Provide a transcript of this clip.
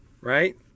right